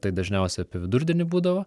tai dažniausiai apie vidurdienį būdavo